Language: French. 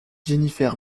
jennifer